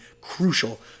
Crucial